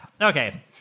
okay